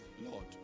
Lord